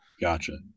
gotcha